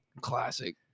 classic